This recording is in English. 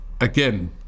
Again